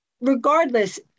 regardless